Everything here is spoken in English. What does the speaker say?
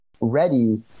ready